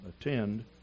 attend